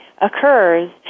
occurs